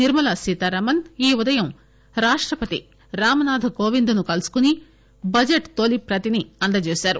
నిర్మాలా సీతారామన్ ఈ ఉదయం రాష్రపతి రాంనాథ్ కోవింద్ ను కలుసుకుని బడ్జెట్ తొలీ ప్రతిని అందజేశారు